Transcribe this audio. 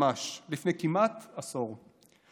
ממש לפני כמעט עשור.